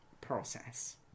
process